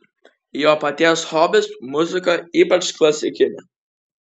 jo paties hobis muzika ypač klasikinė